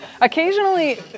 occasionally